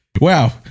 Wow